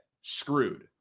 screwed